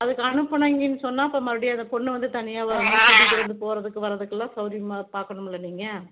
அதுக்கு அனுப்புனீங்கன்னு சொன்ன அப்புறம் மறுபடியும் அந்த பொண்ணு வந்து தனியாக வரணும் கூட்டிகிட்டு வந்து போகறதுக்கு வர்றதுக்கு எல்லாம் சவுரியமாக பார்க்கணும் இல்லை நீங்கள்